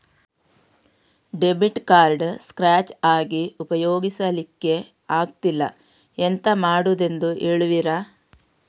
Debit card scratch ಆಗಿ ಉಪಯೋಗಿಸಲ್ಲಿಕ್ಕೆ ಆಗ್ತಿಲ್ಲ, ಎಂತ ಮಾಡುದೆಂದು ಹೇಳುವಿರಾ?